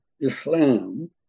Islam